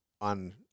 on